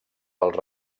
els